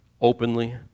openly